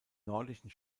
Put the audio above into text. nordischen